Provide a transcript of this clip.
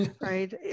right